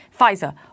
Pfizer